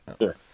Sure